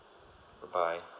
bye bye